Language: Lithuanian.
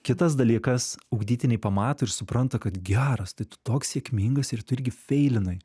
kitas dalykas ugdytiniai pamato ir supranta kad geras tai tu toks sėkmingas ir tu irgi feilinai